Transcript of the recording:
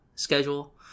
schedule